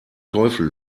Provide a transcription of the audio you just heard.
teufel